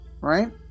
right